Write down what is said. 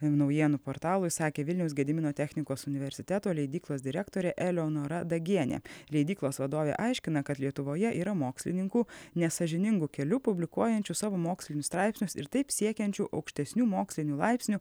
naujienų portalui sakė vilniaus gedimino technikos universiteto leidyklos direktorė eleonora dagienė leidyklos vadovė aiškina kad lietuvoje yra mokslininkų nesąžiningu keliu publikuojančių savo mokslinius straipsnius ir taip siekiančių aukštesnių mokslinių laipsnių